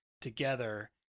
together